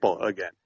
again